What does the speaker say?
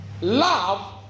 Love